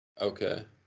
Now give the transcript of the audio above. okay